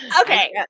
okay